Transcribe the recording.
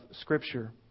Scripture